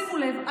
שימו לב,